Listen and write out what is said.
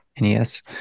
NES